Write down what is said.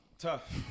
tough